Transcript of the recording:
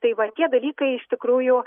tai va tie dalykai iš tikrųjų